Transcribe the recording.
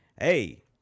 hey